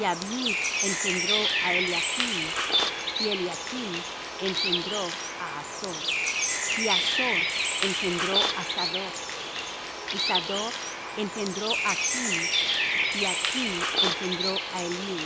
engendró á eliachm y eliachm engendró á azor y azor engendró á sadoc y sadoc engendró á achm y achm engendró